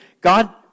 God